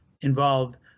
involved